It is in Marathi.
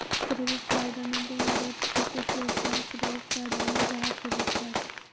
क्रेडीट कार्डना दोन गट शेतस व्यवसाय क्रेडीट कार्ड आणि ग्राहक क्रेडीट कार्ड